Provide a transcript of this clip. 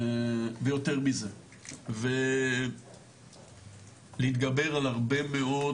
ויותר מזה, להתגבר על הרבה מאוד